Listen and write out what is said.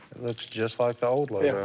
looks just like the old yeah